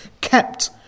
kept